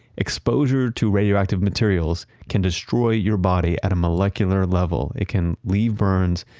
exposure to radioactive materials can destroy your body at a molecular level. it can leave burns,